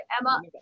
Emma